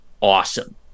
awesome